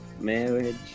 marriage